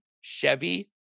Chevy